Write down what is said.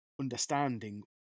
understanding